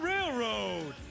Railroad